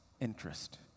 interest